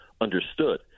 understood